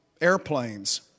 airplanes